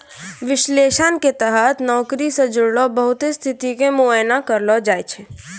विश्लेषण के तहत नौकरी से जुड़लो बहुते स्थिति के मुआयना करलो जाय छै